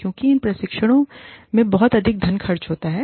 क्योंकि इन प्रशिक्षणों में बहुत अधिक धन खर्च होता है